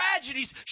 tragedies